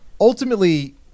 Ultimately